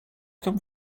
come